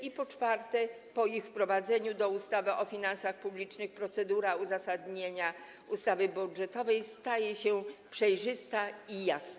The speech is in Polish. I po czwarte, po ich wprowadzeniu do ustawy o finansach publicznych procedura uzasadnienia ustawy budżetowej staje się przejrzysta i jasna.